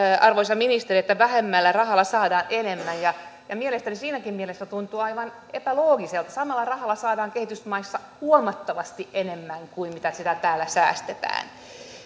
arvoisa ministeri että vähemmällä rahalla saadaan enemmän ja ja mielestäni tämä siinäkin mielessä tuntuu aivan epäloogiselta samalla rahalla saadaan kehitysmaissa huomattavasti enemmän kuin mitä sillä täällä säästetään